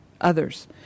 others